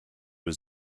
was